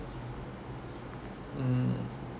um